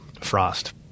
frost